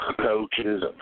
Coaches